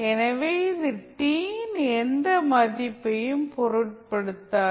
எனவே இது t இன் எந்த மதிப்பையும் பொருட்படுத்தாது